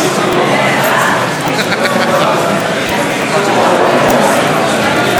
נא לסגור בבקשה את הדלתות.